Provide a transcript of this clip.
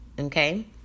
okay